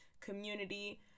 community